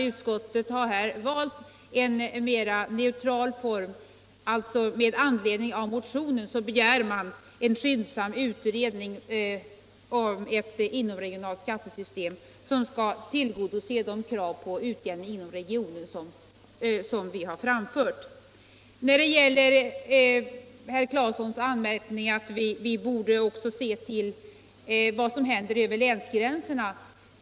Utskottet har i stället valt ett mer neutralt uttryckssätt och begär alltså med anledning av motionen en skyndsam utredning av ett inomregionalt skatteutjämningssystem som skall tillgodose de krav på utjämning. inom regionen som vi har framfört i motionen. Herr Claeson anmärkte att vi också borde se till vad som händer över länsgränserna.